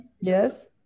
yes